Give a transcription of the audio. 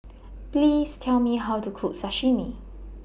Please Tell Me How to Cook Sashimi